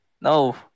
No